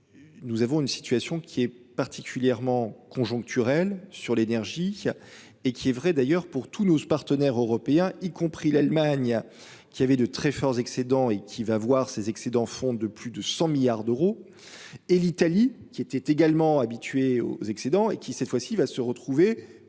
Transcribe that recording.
Nous avons une situation qui est particulièrement conjoncturels sur l'énergie. Et qui est vrai d'ailleurs pour tous nos partenaires européens y compris l'Allemagne qui avait de très forts excédents et qui va voir ses excédents font de plus de 100 milliards d'euros et l'Italie qui était également habitué aux excédents et qui cette fois-ci, il va se retrouver comme nous